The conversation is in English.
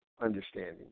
Understanding